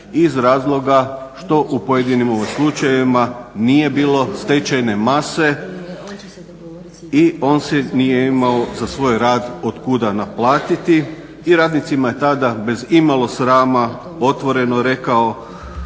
iz razloga što u pojedinim slučajevima nije bilo stečajne mase i on se nije imao za svoj rad od kuda naplatiti i radnicima je tada je bez imalo srama otvoreno rekao